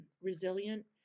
resilient